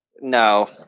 No